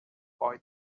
boy